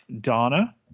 donna